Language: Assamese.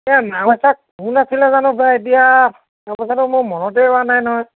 এয়া নাওবৈচাত কোন আছিলে জানো বা এতিয়া তাৰপাছতো মোৰ মনতেই পৰা নাই নহয়